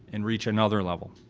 and reach another level.